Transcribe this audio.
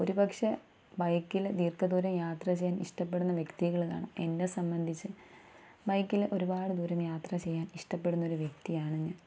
ഒരു പക്ഷേ ബൈക്കിൽ ദീർഘദൂരം യാത്ര ചെയ്യാൻ ഇഷ്ടപ്പെടുന്ന വ്യക്തികളാണ് എന്നെ സംബന്ധിച്ച് ബൈക്കിൽ ഒരുപാട് ദൂരം യാത്ര ചെയ്യാൻ ഇഷ്ടപ്പെടുന്ന ഒരു വ്യക്തിയാണ് ഞാൻ